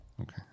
Okay